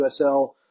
USL